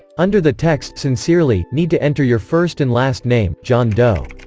under the text sincerely, need to enter your first and last name john doe